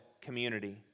community